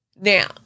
Now